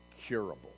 curable